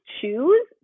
choose